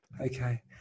Okay